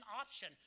option